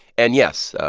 and, yes,